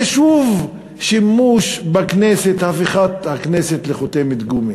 זה שוב שימוש בכנסת, הפיכת הכנסת לחותמת גומי.